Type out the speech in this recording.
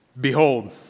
Behold